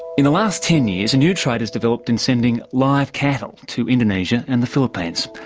in the last ten years a new trade has developed in sending live cattle to indonesia and the philippines.